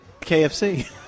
KFC